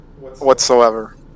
whatsoever